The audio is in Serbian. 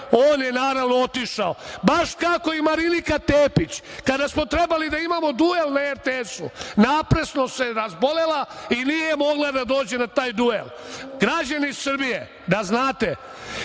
on je, naravno, otišao. Baš kako i Marinika Tepić, kada smo trebali da imamo duel na RTS naprasno se razbolela i nije mogla da dođe na taj duel. Građani Srbije, da znate,